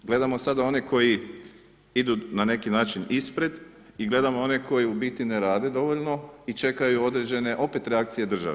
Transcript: Gledamo sada one koji idu na neki način ispred i gledamo one koji u biti ne rade dovoljno i čekaju određene opet reakcije države.